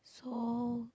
so